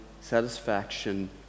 satisfaction